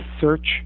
search